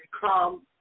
Come